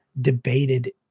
debated